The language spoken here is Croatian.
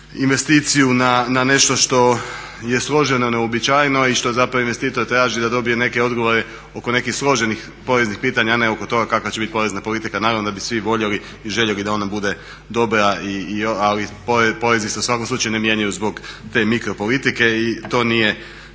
na nešto što je složeno i neuobičajeno i što je zapravo investitor traži da dobije neke odgovore oko nekih složenih poreznih pitanja a ne oko toga kakva će biti porezna politika. Naravno da bi svi voljeli i željeli da ona bude dobra, ali porezi se u svakom slučaju ne mijenjaju zbog te mikro politike i to nije